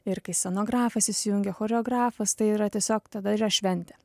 ir kai scenografas įsijungia choreografas tai yra tiesiog tada yra šventė